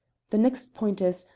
the next point is,